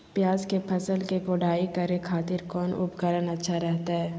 प्याज के फसल के कोढ़ाई करे खातिर कौन उपकरण अच्छा रहतय?